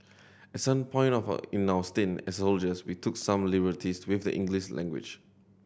at some point of in our stint as soldiers we took some liberties with the English language